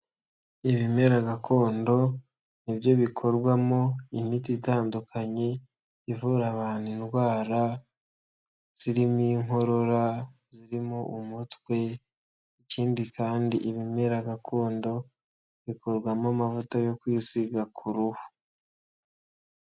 Ibimera gakondo nibyo bikorwamo imiti itandukanye ivura abantu indwara zirimo inkorora, zirimo umutwe ikindi kandi ibimera gakondo bikorwamo amavuta yo kwisiga ku ruhu.